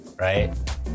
right